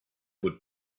would